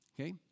okay